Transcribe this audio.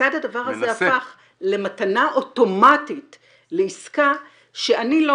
כיצד הדבר הזה הפך למתנה אוטומטית לעסקה שאני לא